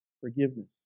Forgiveness